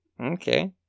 Okay